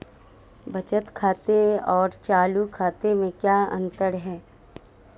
बचत खाते और चालू खाते में क्या अंतर है?